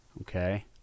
Okay